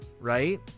right